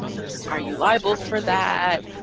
are you liable for that?